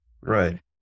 Right